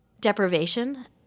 deprivation